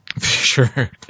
sure